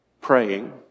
praying